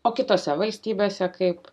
o kitose valstybėse kaip